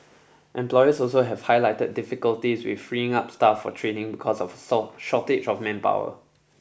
employers also have highlighted difficulties with freeing up staff for trading because of a soul shortage of manpower